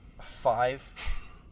five